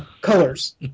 colors